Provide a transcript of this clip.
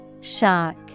Shock